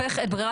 לפי ההצעה שלהם.